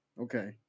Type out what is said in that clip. Okay